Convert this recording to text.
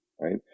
right